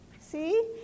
See